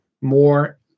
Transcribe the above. more